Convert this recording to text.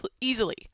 easily